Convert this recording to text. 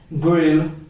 grew